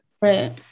right